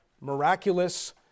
miraculous